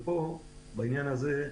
בעניין הזה,